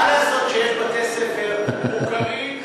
אז נתתם קייטנות,